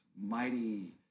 mighty